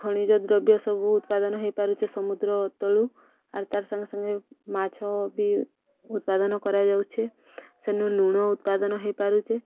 ଖଣିଜଦ୍ରବ୍ୟ ସବୁ ଉତ୍ପାଦନ ହେଇପାରୁଛେ ସମୁଦ୍ର ତଳୁ ଆର୍ ତାର ସାଙ୍ଗେ ସାଙ୍ଗେ ମାଛ ବି ଉତ୍ପାଦନ କରାଯାଉଛେ ସେନୁ ଲୁଣ ଉତ୍ପାଦନ ହେଇପାରୁଛେ